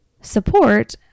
support